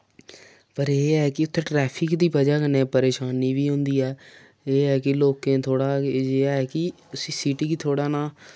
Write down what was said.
पर एह् ऐ कि उत्थै ट्रैफिक दी वजह् कन्नै परेशानी बी होंदी ऐ एह् ऐ कि लोकें थोह्ड़ा एह् ऐ कि उस्सी सिटी गी थोह्ड़ा ना